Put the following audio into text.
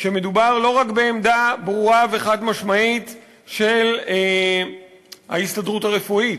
שמדובר לא רק בעמדה ברורה וחד-משמעית של ההסתדרות הרפואית,